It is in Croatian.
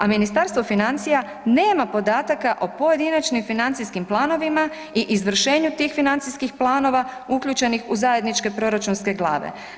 A Ministarstvo financija nema podataka o pojedinačnim financijskim planovima i izvršenju tih financijskih planova uključenih u zajedničke proračunske glave.